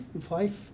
five